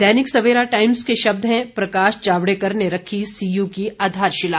दैनिक Savera times के शब्द हैं प्रकाश जावड़ेकर ने रखी सीयू की आधारशिला